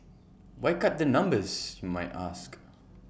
why cut the numbers you might ask